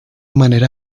manera